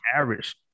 Average